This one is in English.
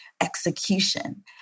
execution